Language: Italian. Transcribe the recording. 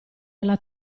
alla